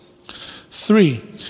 Three